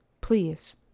Please